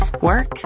work